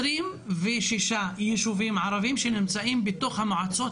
26 ישובים ערביים שנמצאים בתוך המועצות